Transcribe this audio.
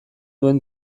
duen